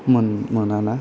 मोनाना